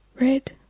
Red